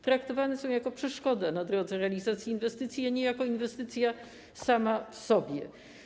Traktowane są one jako przeszkoda na drodze do realizacji inwestycji, a nie jako inwestycja sama w sobie.